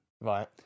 Right